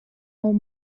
اون